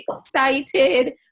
excited